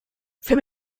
from